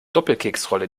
doppelkeksrolle